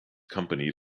company